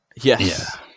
Yes